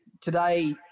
today